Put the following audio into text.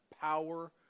power